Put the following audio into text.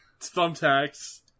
thumbtacks